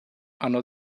hanno